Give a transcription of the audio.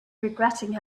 regretting